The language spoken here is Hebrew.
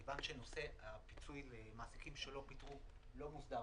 מכיוון שנושא הפיצוי למעסיקים שלא פיטרו לא מוסדר